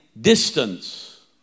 distance